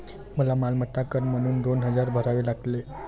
मला मालमत्ता कर म्हणून दोन हजार भरावे लागले